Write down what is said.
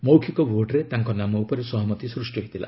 ମୌଖିକ ଭୋଟ୍ରେ ତାଙ୍କ ନାମ ଉପରେ ସହମତି ସୃଷ୍ଟି ହୋଇଥିଲା